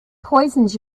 poisons